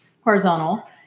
horizontal